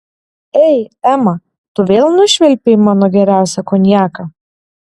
ei ema tu vėl nušvilpei mano geriausią konjaką